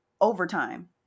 overtime